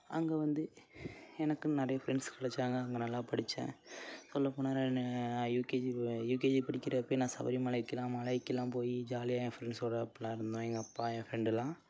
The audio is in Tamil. அங்கே வந்து எனக்குன்னு நிறைய ஃப்ரெண்ட்ஸ் கெடைச்சாங்க அங்கே நல்லா படித்தேன் சொல்லப்போனால் நான் யூகேஜி யூகேஜி படிக்கிறப்பயே நான் சபரி மலைக்குலாம் மலைக்குலாம் போய் ஜாலியாக என் ஃப்ரெண்ட்ஸோடு அப்பிடிலாம் இருந்தோம் என் அப்பா என் ஃப்ரெண்டுலாம்